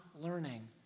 learning